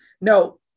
No